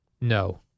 No